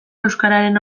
euskararen